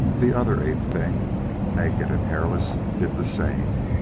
the other ape-thing, naked and hairless, did the same.